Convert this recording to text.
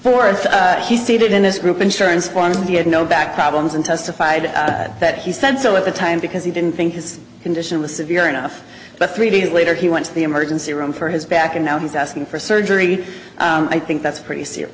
for he stated in this group insurance forms that he had no back problems and testified that he said so at the time because he didn't think his condition was severe enough but three days later he went to the emergency room for his back and now he's asking for surgery i think that's pretty se